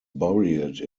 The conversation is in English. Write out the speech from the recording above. buried